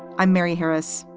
i'm mary harris.